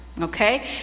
okay